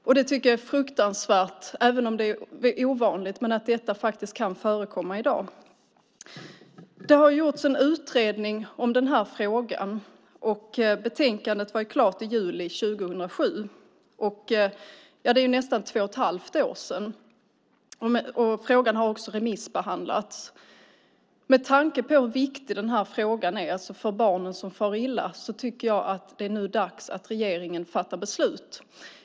Jag tycker att det är fruktansvärt, även om det är ovanligt, att detta kan förekomma i dag. Det har gjorts en utredning om denna fråga, och betänkandet var klart i juli 2007. Det är nästan två och ett halvt år sedan. Frågan har också remissbehandlats. Med tanke på hur viktig frågan är för de barn som far illa tycker jag att det nu är dags att regeringen fattar beslut.